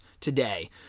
today